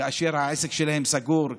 כאשר העסק שלהם סגור,